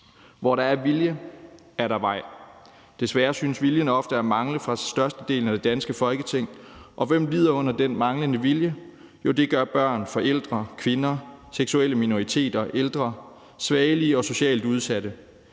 Hvor der er vilje, er der vej. Desværre synes viljen ofte at mangle fra størstedelen af det danske Folketing, og hvem lider under den manglende vilje? Det gør børn, forældre, kvinder, seksuelle minoriteter, ældre, svagelige og socialt udsatte.